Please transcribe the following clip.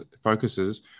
focuses